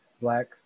Black